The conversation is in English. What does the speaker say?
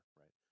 right